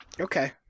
okay